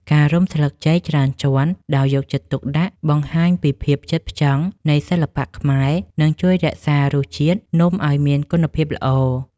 ការរុំស្លឹកចេកច្រើនជាន់ដោយយកចិត្តទុកដាក់បង្ហាញពីភាពផ្ចិតផ្ចង់នៃសិល្បៈខ្មែរ និង ជួយរក្សារសជាតិនំឱ្យមានគុណភាពល្អ។